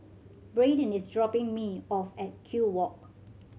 Bradyn is dropping me off at Kew Walk